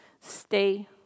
Stay